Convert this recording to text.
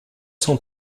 cent